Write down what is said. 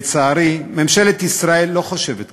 לצערי, ממשלת ישראל לא חושבת כך.